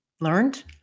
learned